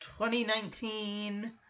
2019